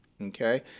Okay